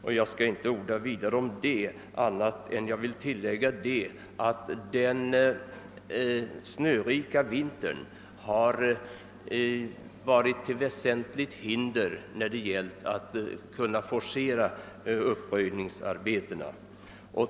Jag skall därför inte orda vidare om detta, men jag vill tillägga att den snörika vintern har varit till väsentligt hinder när det gällt att forcera uppröjningsarbetena.